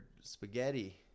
spaghetti